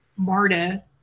Marta